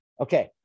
Okay